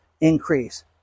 increase